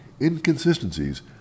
inconsistencies